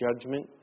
judgment